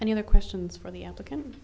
any other questions for the applicant